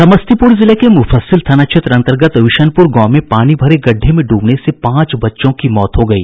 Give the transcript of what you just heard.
समस्तीपुर जिले के मुफस्सिल थाना क्षेत्र अंतर्गत विशनपुर गांव में पानी भरे गड़ढे में ड्बने से पांच बच्चों की मौत हो गयी